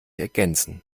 ergänzen